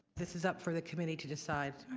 this is up for the committee to decide.